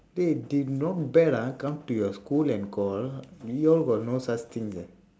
eh they not bad ah come to your school and call we all got no such things eh